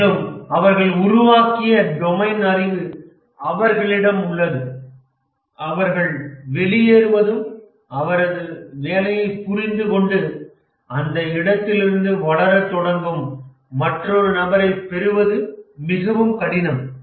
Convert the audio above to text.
மேலும் அவர்கள் உருவாக்கிய டொமைன் அறிவு அவர்களிடம் உள்ளது அவர்கள் வெளியேறியதும் அவரது வேலையைப் புரிந்துகொண்டு அந்த இடத்திலிருந்து வளரத் தொடங்கும் மற்றொரு நபரைப் பெறுவது மிகவும் கடினம்